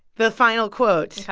the final quote.